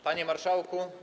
Panie Marszałku!